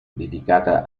dedicata